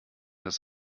das